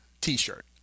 T-shirt